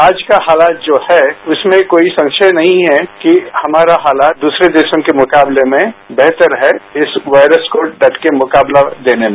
आज का हालात जो है इसमें कोई संशय नहीं है कि हमारा हालात दूसरे देशों के मुकाबले में बेहतर है इस वायरस को डट के मुकाबला देने में